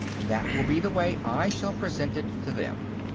that will be the way i shall present it to them.